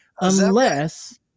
unless-